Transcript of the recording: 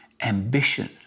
ambition